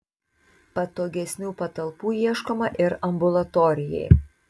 patogesnių patalpų ieškoma ir ambulatorijai